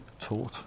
taught